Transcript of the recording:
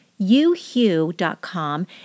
Uhu.com